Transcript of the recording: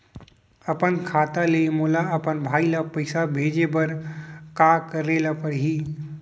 अपन खाता ले मोला अपन भाई ल पइसा भेजे बर का करे ल परही?